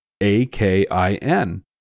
A-K-I-N